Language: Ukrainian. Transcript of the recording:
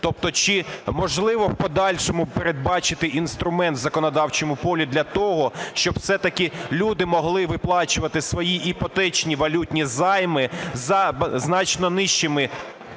Тобто чи можливо в подальшому передбачити інструмент у законодавчому полі для того, щоб все-таки люди могли виплачувати свої іпотечні валютні займи за значно нижчими